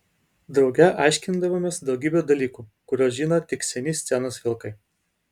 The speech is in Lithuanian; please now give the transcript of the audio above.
drauge aiškindavomės daugybę dalykų kuriuos žino tik seni scenos vilkai